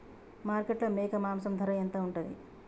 మార్కెట్లో మేక మాంసం ధర ఎంత ఉంటది?